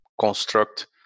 construct